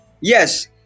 Yes